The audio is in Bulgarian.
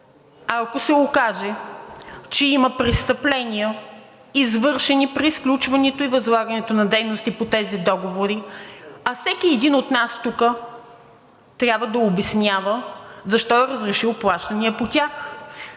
А ако се окаже, че има престъпления, извършени при сключването и възлагането на дейности по тези договори, а всеки един от нас тук трябва да обяснява защо е разрешил плащания по тях?